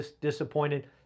disappointed